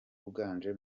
uganje